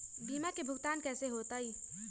बीमा के भुगतान कैसे होतइ?